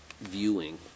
viewing